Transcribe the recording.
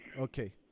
Okay